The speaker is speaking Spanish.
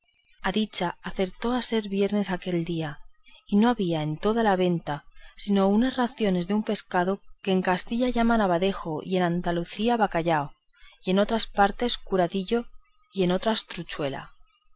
a dicha acertó a ser viernes aquel día y no había en toda la venta sino unas raciones de un pescado que en castilla llaman abadejo y en andalucía bacallao y en otras partes curadillo y en otras truchuela